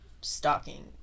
stalking